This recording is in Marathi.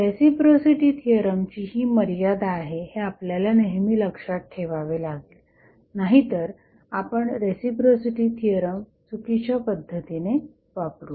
रेसिप्रोसिटी थिअरमची ही मर्यादा आहे हे आपल्याला नेहमी लक्षात ठेवावे लागेल नाहीतर आपण रेसिप्रोसिटी थिअरम चुकीच्या पद्धतीने वापरू